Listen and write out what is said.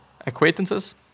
acquaintances